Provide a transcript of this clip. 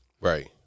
Right